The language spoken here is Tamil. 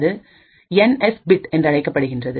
அது என் எஸ் பிட் என்றழைக்கப்படுகின்றது